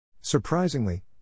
Surprisingly